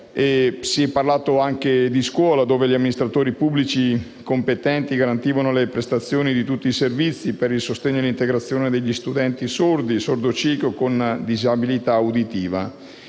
Si è parlato anche di scuola, dove gli amministratori pubblici competenti garantivano la prestazione di tutti servizi per il sostegno all'integrazione degli studenti sordi, sordociechi e con disabilità auditiva.